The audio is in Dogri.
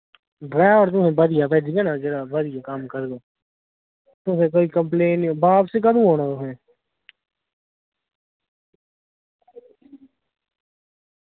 डरैबर बधिया भेजना ना जेह्ड़ा बधिया कम्म करग कुसै कोई पंप्लेन निं बापस कदूं औनां तुसें